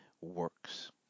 works